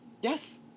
Yes